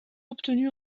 obtenu